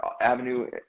avenue